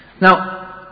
Now